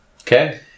Okay